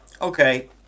Okay